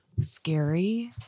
Scary